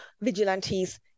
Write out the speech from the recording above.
vigilantes